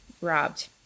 robbed